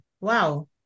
wow